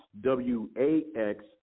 W-A-X